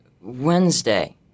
Wednesday